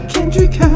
Kendrick